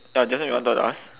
uh just now you wanted to ask